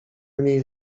mniej